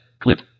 clip